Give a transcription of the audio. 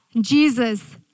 Jesus